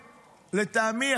לטעמי,